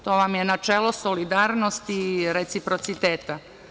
To vam je načelo solidarnosti i reciprociteta.